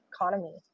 economy